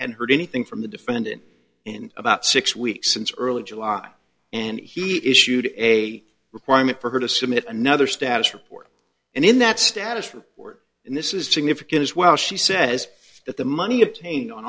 had heard anything from the defendant in about six weeks since early july and he issued a requirement for her to submit another status report and in that status report and this is significant as well she says that the money obtained on